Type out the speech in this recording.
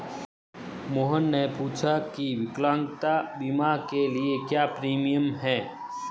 मोहन ने पूछा की विकलांगता बीमा के लिए क्या प्रीमियम है?